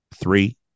Three